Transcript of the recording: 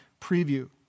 preview